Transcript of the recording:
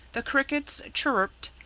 the crickets chirruped,